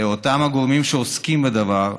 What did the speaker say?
לאותם הגורמים שעוסקים בדבר,